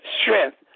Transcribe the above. strength